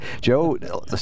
Joe